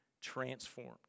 transformed